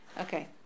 Okay